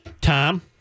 Tom